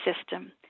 system